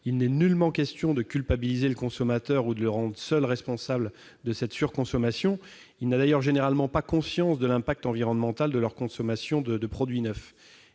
Il n'est nullement question de culpabiliser le consommateur ou de le rendre seul responsable de cette surconsommation. Celui-ci n'a d'ailleurs généralement pas conscience de l'impact environnemental de sa consommation de produits neufs.